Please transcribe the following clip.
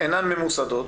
אינן ממוסדות,